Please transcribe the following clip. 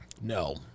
No